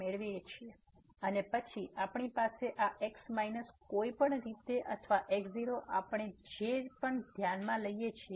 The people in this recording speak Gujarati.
મેળવીએ છીએ અને પછી આપણી પાસે આ x માઈનસ કોઈપણ રીતે અથવા x0 આપણે જે પણ ધ્યાનમાં લઈએ છીએ